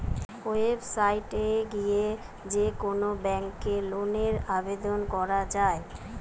website এ গিয়ে যে কোন ব্যাংকে লোনের আবেদন করা যায়